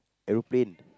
aeroplane